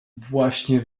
właśnie